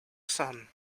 sun